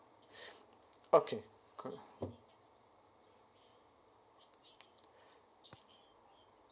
okay good